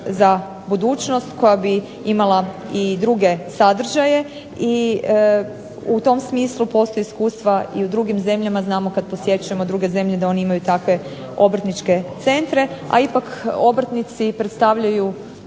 za budućnost koja bi imala i druge sadržaje. I u tom smislu postoje iskustva i u drugim zemljama, znamo kad posjećujemo druge zemlje da oni imaju takve obrtničke centre, a ipak obrtnici predstavljaju